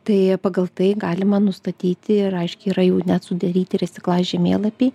tai pagal tai galima nustatyti ir aiškiai yra jau net sudaryti ir resiklai žemėlapiai